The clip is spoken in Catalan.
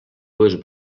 dues